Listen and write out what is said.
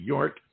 York